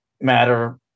matter